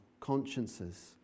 consciences